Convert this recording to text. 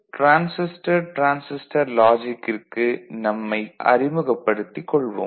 transistor transistor லாஜிக்கிற்கு TTL - Transistor Transistor Logic நம்மை அறிமுகப்படுத்திக்கொள்வோம்